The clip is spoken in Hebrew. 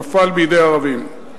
נפל בידי הערבים.